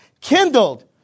kindled